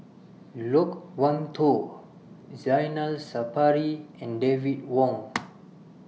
Loke Wan Tho Zainal Sapari and David Wong